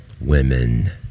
women